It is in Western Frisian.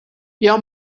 jou